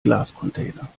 glascontainer